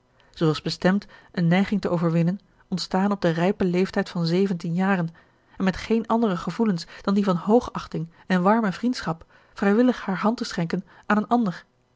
was bestemd eene neiging te overwinnen ontstaan op den rijpen leeftijd van zeventien jaren en met geene andere gevoelens dan die van hoogachting en warme vriendschap vrijwillig hare hand te schenken aan een ander